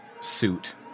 suit